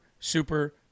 Super